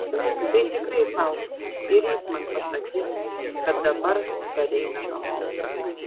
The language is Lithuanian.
tai tikrai faustas ir jis man pasakys kad dabar pareina namo